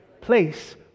place